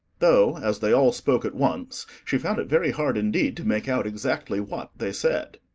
though, as they all spoke at once, she found it very hard indeed to make out exactly what they said.